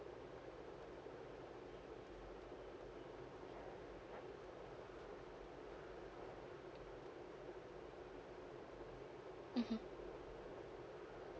mmhmm